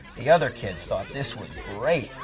the other kids thought this was great.